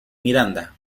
miranda